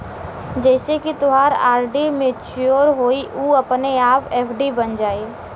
जइसे ही तोहार आर.डी मच्योर होइ उ अपने आप एफ.डी बन जाइ